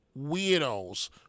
weirdos